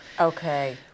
Okay